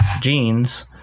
jeans